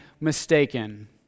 mistaken